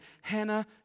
Hannah